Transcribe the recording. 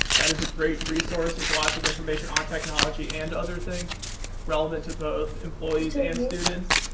that is a great resource with lots of information on technology and other things relevant to both employees and students.